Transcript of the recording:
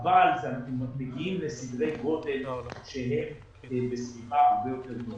אבל אנחנו מגיעים לסדרי גודל שיהיה בסביבה הרבה יותר נוחה.